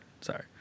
Sorry